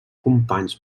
companys